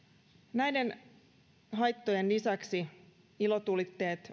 näiden haittojen lisäksi ilotulitteet